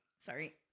Sorry